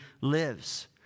lives